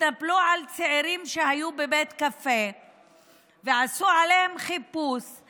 התנפלו על צעירים שהיו בבית קפה ועשו עליהם חיפוש.